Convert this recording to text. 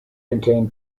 contain